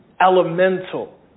elemental